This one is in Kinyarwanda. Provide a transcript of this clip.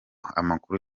amakuru